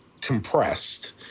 compressed